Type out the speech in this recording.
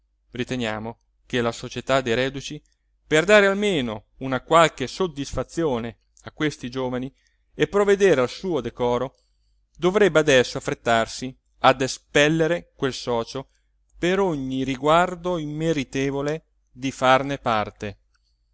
riteniamo che la società dei reduci per dare almeno una qualche soddisfazione a questi giovani e provvedere al suo decoro dovrebbe adesso affrettarsi ad espellere quel socio per ogni riguardo immeritevole di farne parte